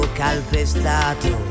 calpestato